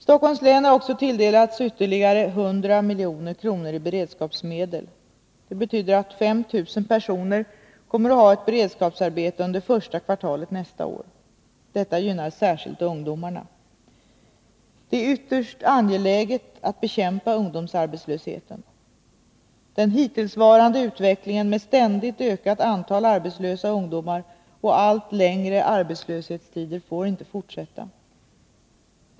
Stockholms län har också tilldelats ytterligare 100 milj.kr. i beredskapsmedel. Det betyder att 5 000 människor kommer att ha ett beredskapsarbete under första kvartalet nästa år. Detta gynnar särskilt ungdomarna. Det är ytterst angeläget att bekämpa ungdomsarbetslösheten. Den hittillsvarande utvecklingen, med ständigt ökat antal arbetslösa ungdomar och allt längre arbetslöshetstider, får inte fortsätta.